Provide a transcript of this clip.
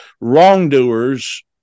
wrongdoers